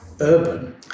urban